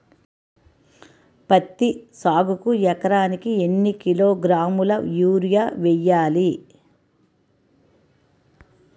పత్తి సాగుకు ఎకరానికి ఎన్నికిలోగ్రాములా యూరియా వెయ్యాలి?